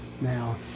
Now